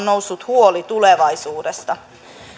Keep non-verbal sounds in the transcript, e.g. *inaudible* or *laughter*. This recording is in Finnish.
*unintelligible* noussut huoli tulevaisuudesta